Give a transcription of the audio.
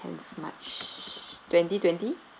tenth march twenty twenty